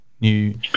new